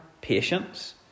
patience